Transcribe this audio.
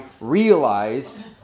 realized